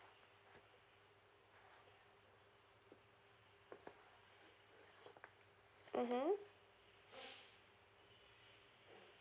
mmhmm